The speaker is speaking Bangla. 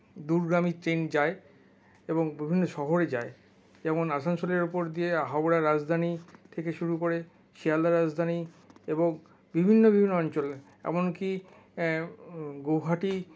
দূরগামী ট্রেন যায় এবং বিভিন্ন শহরে যায় যেমন আসানসোলের ওপর দিয়ে হাওড়া রাজধানী থেকে শুরু করে শিয়ালদাহ রাজধানী এবং বিভিন্ন বিভিন্ন অঞ্চল এমন কি গুয়াহাটি